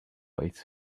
its